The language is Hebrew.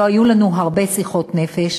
לא היו לנו הרבה שיחות נפש,